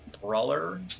brawler